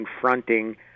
confronting